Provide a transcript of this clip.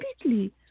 completely